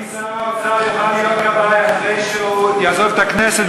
האם שר האוצר יוכל להיות כבאי אחרי שהוא יעזוב את הכנסת,